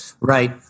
right